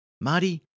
Marty